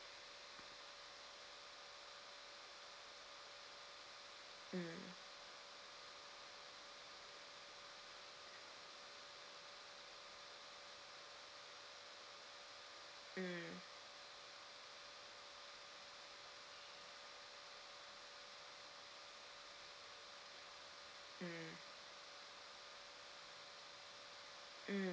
mm mm mm mm